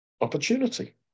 opportunity